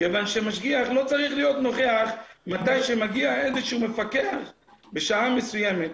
זאת כיוון שמשגיח לא צריך להיות נוכח מתי שמגיע איזשהו מפקח בשעה מסוימת